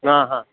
હા હા